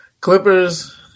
Clippers